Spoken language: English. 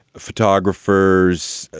photographers,